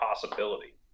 possibility